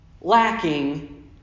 lacking